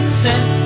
sent